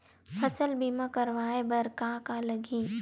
फसल बीमा करवाय बर का का लगही?